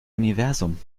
universum